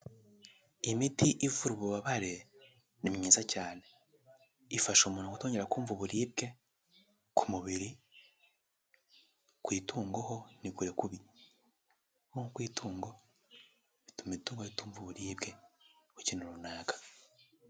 Imiti ivura ububabare ni myiza cyane, ifasha umuntu kutongira kumva uburibwe ku mubiri, ku itungo ho ni kure kubi nko ku itungo bituma itungo ritumva uburibwe ku kintuintu runaka.